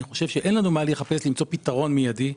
אני חושב שאין לנו מה לחפש פתרון מיידי.